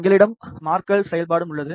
எங்களிடம் மார்க்கர் செயல்பாடும் உள்ளது